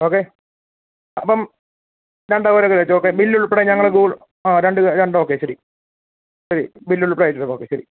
okay അപ്പം ഞണ്ട് ഒരോ കിലോ വച്ച് ഓക്കെ ബില്ല് ഉൾപ്പെടെ ഞങ്ങൾ ഗൂഗിൾ ആ രണ്ട് രണ്ട് ഓക്കെ ശരി ശരി ബില്ല് ഉൾപ്പെടെ അയച്ചിട്ടേക്കാം ഓക്കെ ശരി